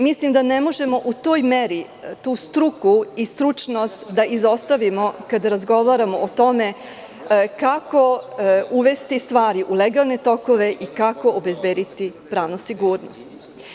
Mislim da ne možemo u toj meri tu struku i stručnost da izostavimo kada razgovaramo o tome kako uvesti stvari u legalne tokove i kako obezbediti pravnu sigurnost.